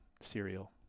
cereal